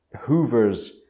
Hoover's